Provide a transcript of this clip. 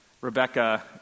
Rebecca